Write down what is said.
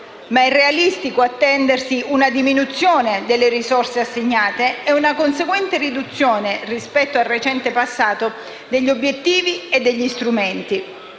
ma è realistico attendersi una diminuzione delle risorse assegnate e una conseguente riduzione rispetto al recente passato, degli obiettivi e degli strumenti.